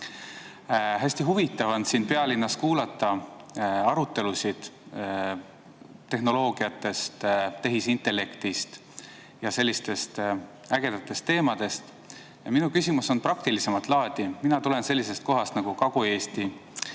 Hästi huvitav on siin pealinnas kuulata arutelusid tehnoloogiast, tehisintellektist ja sellistest ägedatest teemadest. Minu küsimus on praktilisemat laadi. Mina tulen sellisest kohast nagu Kagu-Eesti.